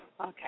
Okay